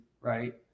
right